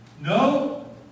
no